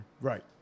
Right